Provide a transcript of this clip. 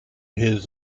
his